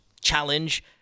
challenge